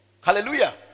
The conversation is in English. Hallelujah